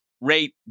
rate